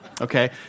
okay